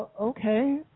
okay